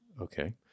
okay